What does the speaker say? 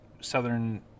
Southern